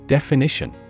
Definition